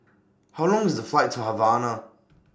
How Long IS The Flight to Havana